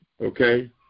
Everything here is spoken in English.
Okay